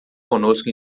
conosco